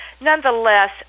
nonetheless